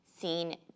seen